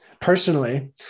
personally